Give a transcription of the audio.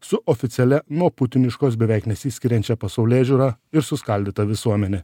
su oficialia nuo putiniškos beveik nesiskiriančia pasaulėžiūra ir suskaldyta visuomene